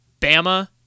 Bama